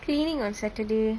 cleaning on saturday